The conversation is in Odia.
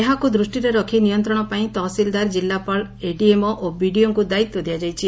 ଏହାକୁ ଦୂଷ୍ଟିରେ ରଖି ନିୟନ୍ତଶ ପାଇଁ ତହସିଲଦର କିଲ୍ଲାପାଳ ଏଡିଏମ୍ଓ ଓ ବିଡ଼ିଓଙ୍କୁ ଦାୟିତ୍ ଦିଆଯାଇଛି